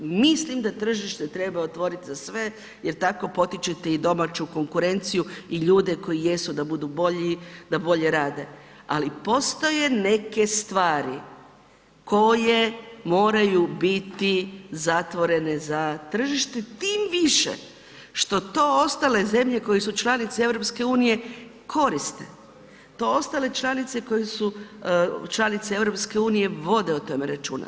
Mislim da tržište treba otvoriti za sve jer tako potičete i domaću konkurenciju i ljude koji jesu da budu bolji, da bolje rade, ali postoje neke stvari koje moraju biti zatvorene za tržište tim više što to ostale zemlje koje su članice EU koriste, to ostale članice koje su članice EU-e vode o tome računa.